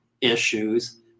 issues